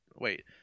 wait